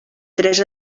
tres